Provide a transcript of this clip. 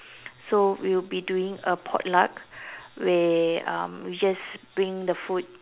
so we will be doing a pot luck where um we just bring the food